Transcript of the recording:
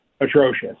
atrocious